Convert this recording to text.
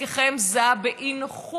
וחלקכם זע באי-נוחות,